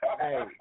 Hey